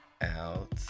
out